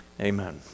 amen